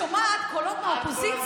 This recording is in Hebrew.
אני שומעת קולות מהאופוזיציה.